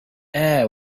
air